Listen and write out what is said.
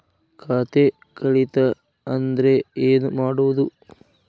ಖಾತೆ ಕಳಿತ ಅಂದ್ರೆ ಏನು ಮಾಡೋದು?